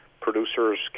Producers